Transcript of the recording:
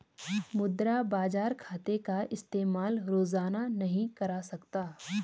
मुद्रा बाजार खाते का इस्तेमाल रोज़ाना नहीं करा जा सकता